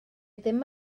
ddim